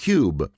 Cube